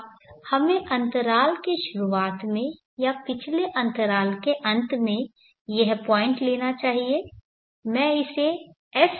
अब हमें अंतराल की शुरुआत में या पिछले अंतराल के अंत में यह पॉइंट लेना चाहिए मैं इसे S0 के रूप में चिह्नित करूंगा